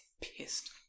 Pissed